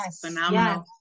phenomenal